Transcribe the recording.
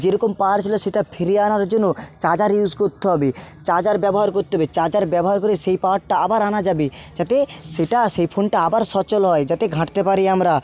যেরকম পাওয়ার ছিল সেটা ফিরিয়ে আনার জন্য চার্জার ইউজ করতে হবে চার্জার ব্যবহার করতে হবে চার্জার ব্যবহার করে সেই পাওয়ারটা আবার আনা যাবে যাতে সেটা সে ফোনটা আবার সচল হয় যাতে ঘাঁটতে পারি আমরা